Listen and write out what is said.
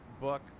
book